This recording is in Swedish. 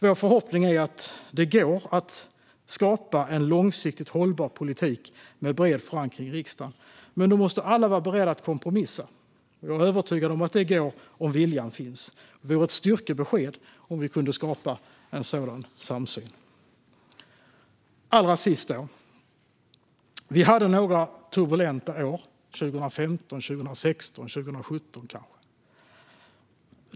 Vår förhoppning är att det går att skapa en långsiktigt hållbar politik med bred förankring i riksdagen, men då måste alla vara beredda att kompromissa. Vi är övertygade om att det går om viljan finns. Det vore ett styrkebesked om vi kunde skapa en sådan samsyn. Allra sist: Vi hade några turbulenta år 2015, 2016 och 2017.